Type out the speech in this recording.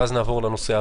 ואז נעבור לנושא הבא.